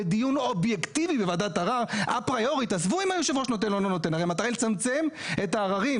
במינוי הוועדה, לא נצטרך את הרכיב